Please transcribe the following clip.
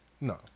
No